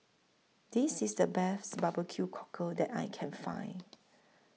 This IS The Best Barbecue Cockle that I Can Find